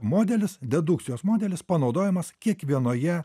modelis dedukcijos modelis panaudojamas kiekvienoje